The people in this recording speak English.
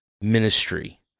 ministry